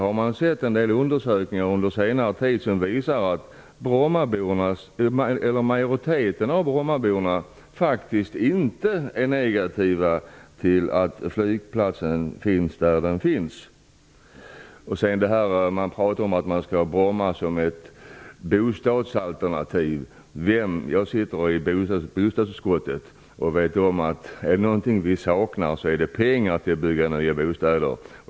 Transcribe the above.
Jag har sett en del undersökningar under senare tid som om jag inte minns helt fel visar att majoriteten av Brommaborna faktiskt inte är negativa till att flygplatsen finns där den finns. Man pratar om att Bromma skall vara ett bostadsalternativ. Jag sitter i bostadsutskottet och vet att om det är någonting vi saknar så är det pengar till att bygga nya bostäder.